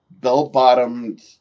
bell-bottomed